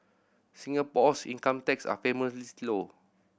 Singapore's income taxes are famously low